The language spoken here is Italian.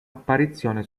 apparizione